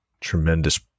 tremendous